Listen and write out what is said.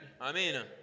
Amen